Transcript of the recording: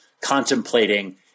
contemplating